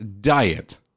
diet